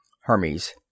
Hermes